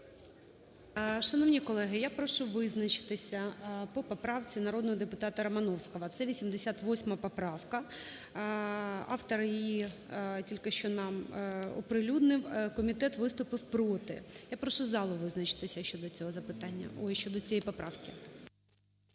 Шановні колеги, я прошу визначитися по поправці народного депутатаРомановського. Це 88 поправка, автор її тільки що нам оприлюднив, комітет виступив проти. Я прошу залу визначитися щодо цієї поправки.